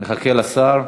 נחכה לשר.